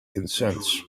consents